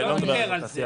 הוא לא דיבר על זה.